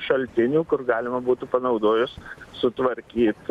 šaltinių kur galima būtų panaudojus sutvarkyt